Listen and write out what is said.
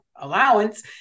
allowance